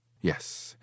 Yes